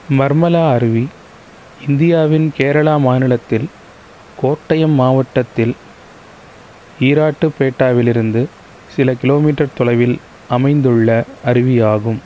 மர்மலா அருவி இந்தியாவின் கேரளா மாநிலத்தில் கோட்டயம் மாவட்டத்தில் ஈராட்டுபேட்டாவிலிருந்து சில கிலோமீட்டர் தொலைவில் அமைந்துள்ள அருவி ஆகும்